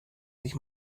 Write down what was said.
sich